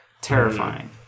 Terrifying